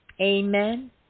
Amen